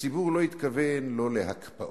הציבור לא התכוון לא להקפאות